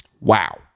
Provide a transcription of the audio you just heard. Wow